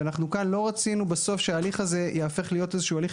ואנחנו כאן לא רצינו בסוף שההליך הזה ייהפך להיות איזה שהוא הליך